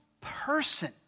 person